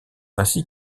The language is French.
ainsi